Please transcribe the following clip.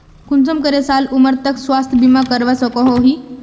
कुंसम करे साल उमर तक स्वास्थ्य बीमा करवा सकोहो ही?